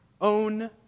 own